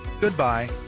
Goodbye